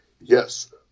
yes